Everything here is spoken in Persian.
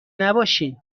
نباشین